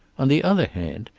on the other hand,